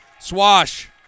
Swash